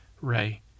Ray